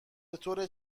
بطور